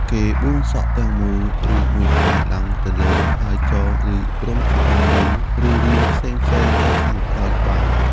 គេបួងសក់ទាំងមូល ឬមួយផ្នែកឡើងទៅលើ ហើយចង ឬរុំជាដុំមូល ឬរាងផ្សេងៗនៅខាងក្រោយក្បាល។